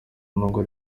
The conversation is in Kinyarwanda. nubwo